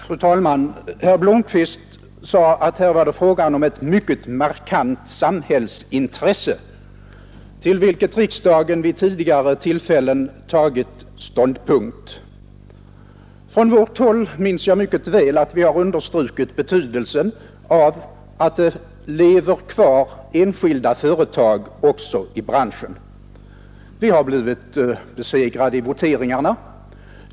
Fru talman! Herr Blomkvist sade att det här var fråga om ett mycket markant samhällsintresse, till vilket riksdagen vid tidigare tillfällen tagit ståndpunkt. Från vårt håll minns jag mycket väl att vi har understrukit betydelsen av att det lever kvar också enskilda företag i branschen. Vi har blivit besegrade i voteringarna.